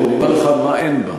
ואני אומר לך מה אין בה: